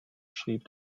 schrieb